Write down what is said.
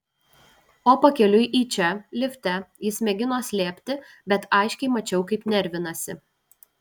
o pakeliui į čia lifte jis mėgino slėpti bet aiškiai mačiau kaip nervinasi